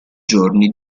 giorni